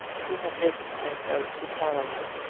who had risen as though to follow her.